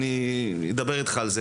ואנחנו רואים את זה.